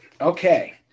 Okay